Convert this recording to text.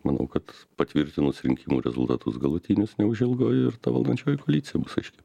manau kad patvirtinus rinkimų rezultatus galutinius neužilgo ir ta valdančioji koalicija bus aiški